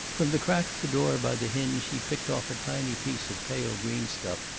from the crack of the door by the hinge he picked off a tiny piece of pale green stuff,